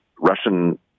Russian